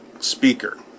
speaker